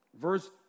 verse